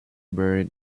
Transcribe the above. buried